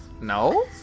No